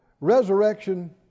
resurrection